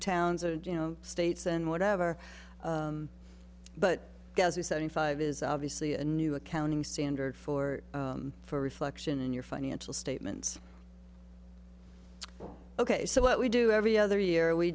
towns or you know states and whatever but guess who seventy five is obviously a new accounting standard for for reflection in your financial statements ok so what we do every other year we